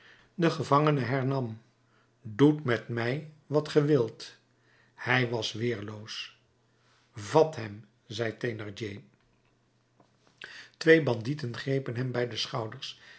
de gevangene hernam doet met mij wat ge wilt hij was weerloos vat hem zei thénardier twee bandieten grepen hem bij de schouders